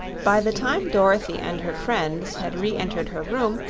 by the time dorothy and her friends had re-entered her room,